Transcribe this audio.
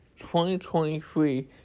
2023